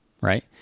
Right